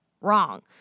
Wrong